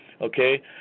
okay